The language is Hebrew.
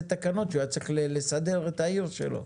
תקנות שהוא היה צריך לסדר את העיר שלו,